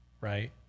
right